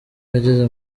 yageze